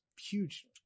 huge